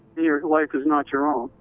your your life is not your own